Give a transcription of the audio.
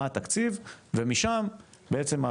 מה התקציב ומשם בעצם,